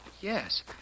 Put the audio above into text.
Yes